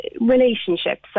relationships